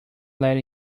let